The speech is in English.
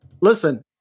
Listen